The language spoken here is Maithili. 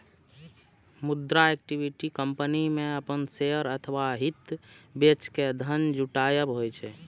मुदा इक्विटी कंपनी मे अपन शेयर अथवा हित बेच के धन जुटायब होइ छै